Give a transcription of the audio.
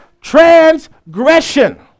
transgression